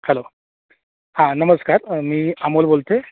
hello हां नमस्कार मी अमोल बोलतो आहे